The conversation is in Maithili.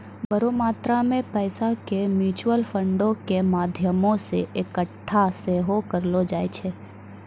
बड़ो मात्रा मे पैसा के म्यूचुअल फंडो के माध्यमो से एक्कठा सेहो करलो जाय छै